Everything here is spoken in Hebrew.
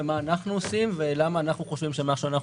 מה אנחנו עושים ולמה אנחנו חושבים שמה שאנחנו